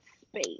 space